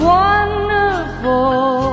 wonderful